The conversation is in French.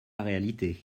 réalité